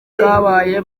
kabaye